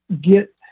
get